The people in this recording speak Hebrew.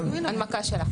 הנמקה שלה.